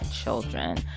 children